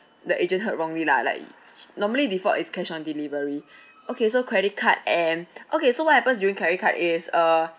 the agent heard wrongly lah like normally default it's cash on delivery okay so credit card and okay so what happens using credit card is uh